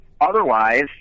otherwise